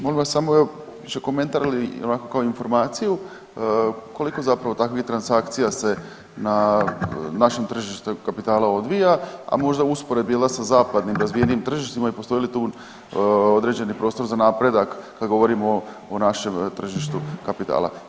Molim vas samo evo, više komentar ili kao informaciju, koliko zapravo takvih transakcija se na naše tržište kapitala odvija, a možda u usporedbi, je li, sa zapadnim razvijenim tržištima i postoji li tu određeni prostor za napredak, kad govorimo o našem tržištu kapitala.